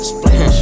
Splash